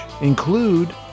include